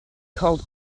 called